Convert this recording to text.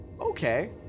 okay